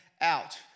out